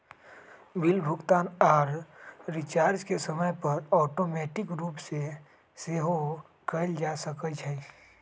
bill भुगतान आऽ recharge के समय पर ऑटोमेटिक रूप से सेहो कएल जा सकै छइ